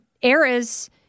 eras